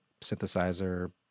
synthesizer